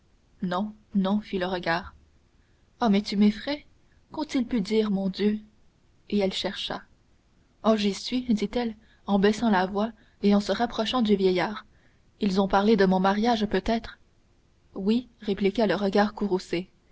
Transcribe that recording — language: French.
non non fit le regard oh mais tu m'effraies qu'ont-ils pu dire mon dieu et elle chercha oh j'y suis dit-elle en baissant la voix et en se rapprochant du vieillard ils ont parlé de mon mariage peut-être oui répliqua le regard